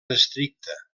estricta